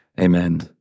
Amen